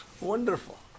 Wonderful